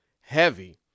heavy